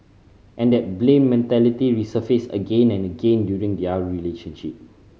and that blame mentality resurfaced again and again during their relationship